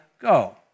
go